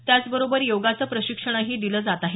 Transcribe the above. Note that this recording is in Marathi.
त्याचबरोबर योगाचं प्रशिक्षणही दिलं जात आहे